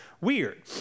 weird